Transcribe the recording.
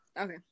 Okay